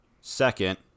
second